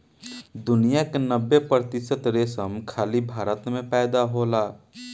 दुनिया के नब्बे प्रतिशत रेशम खाली भारत में पैदा होखेला